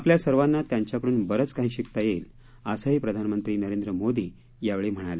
आपल्या सर्वांना त्यांच्याकडून बरेच काही शिकता येईल असेही प्रधानमंत्री नरेंद्र मोदी यावेळी म्हणाले